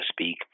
speak